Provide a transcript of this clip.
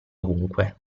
ovunque